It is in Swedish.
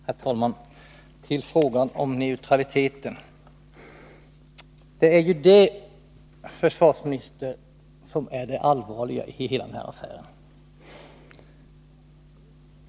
Herr talman! Låt mig först ta upp frågan om neutraliteten. Det är ju den frågan, försvarsministern, som är det allvarliga i hela den här affären.